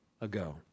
ago